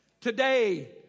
Today